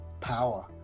Power